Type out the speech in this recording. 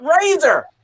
razor